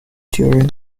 during